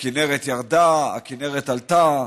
הכינרת ירדה, הכינרת עלתה,